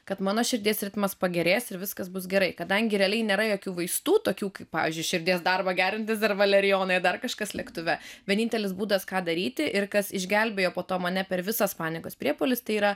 kad mano širdies ritmas pagerės ir viskas bus gerai kadangi realiai nėra jokių vaistų tokių kaip pavyzdžiui širdies darbą gerinantys ar valerijonai ar dar kažkas lėktuve vienintelis būdas ką daryti ir kas išgelbėjo po to mane per visas panikos priepuolius tai yra